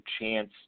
chance